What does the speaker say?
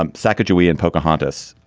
um sacajawea and pocahontas,